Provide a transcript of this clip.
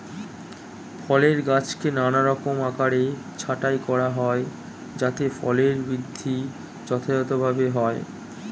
ফলের গাছকে নানারকম আকারে ছাঁটাই করা হয় যাতে ফলের বৃদ্ধি যথাযথভাবে হয়